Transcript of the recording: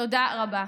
תודה רבה.